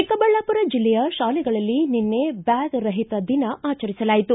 ಚಿಕ್ಕಬಳ್ಳಾಮರ ಜಿಲ್ಲೆಯ ಶಾಲೆಗಳಲ್ಲಿ ನಿನ್ನೆ ಬ್ಯಾಗ್ರಹಿತ ದಿನ ಆಚರಿಸಲಾಯಿತು